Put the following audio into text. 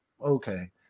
okay